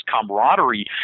camaraderie